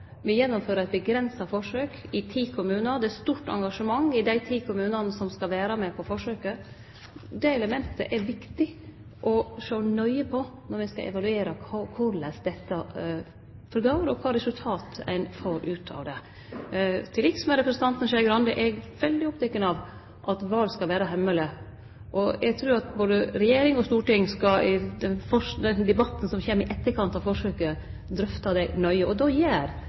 forsøket. Det elementet er viktig å sjå nøye på når me skal evaluere korleis dette går, og kva resultat ein får ut av det. Til liks med representanten Skei Grande er eg veldig oppteken av at val skal vere hemmelege. Eg trur at både regjering og storting i debatten som kjem i etterkant av forsøket, skal drøfte det nøye. Då gjer